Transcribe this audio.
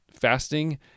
Fasting